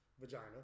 vagina